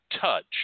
touch